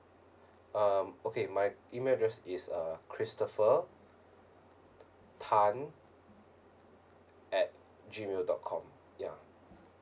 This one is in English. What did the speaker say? um okay my email address is uh christopher tan at G mail dot com ya